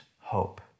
hope